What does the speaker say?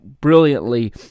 brilliantly